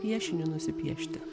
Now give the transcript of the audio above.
piešinį nusipiešti